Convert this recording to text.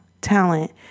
Talent